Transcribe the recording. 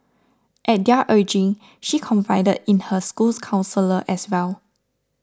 at their urging she confided in her school's counsellor as well